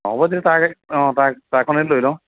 হ'ব তে তাৰ অ' তাৰ তাৰখনে লৈ লওঁ